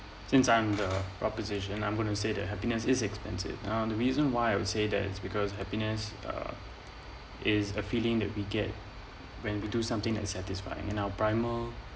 since I'm the proposition I'm gonna say that happiness is expensive and the reason why I would say that it's because happiness uh is a feeling that we get when we do something and satisfying and our primal